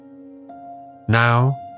Now